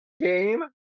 game